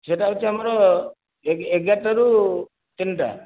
ସେହିଟା ହେଉଛି ଆମର ଏ ଏଗାରଟା ରୁ ତିନିଟା